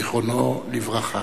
זיכרונו לברכה.